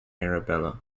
arabella